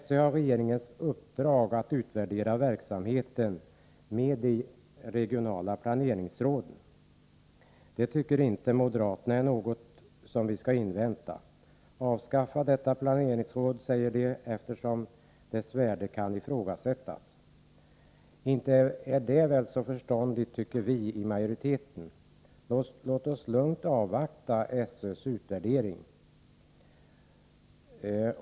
SÖ har regeringens uppdrag att utvärdera verksamheten med de regionala planeringsråden. Detta tycker inte moderaterna är något som vi skall invänta. Man bör avskaffa planeringsråden, säger de, eftersom deras värde kan ifrågasättas. Att göra det vore inte så förståndigt, anser vi i majoriteten. Låt oss lugnt avvakta SÖ:s utvärdering!